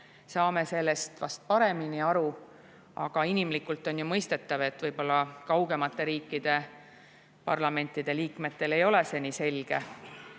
saame sellest vast paremini aru. Aga inimlikult on ju mõistetav, et võib-olla kaugemate riikide parlamentide liikmetele ei ole see nii selge.